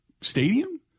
Stadium